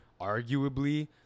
arguably